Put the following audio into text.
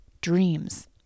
dreams